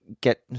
get